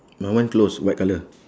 my one close white colour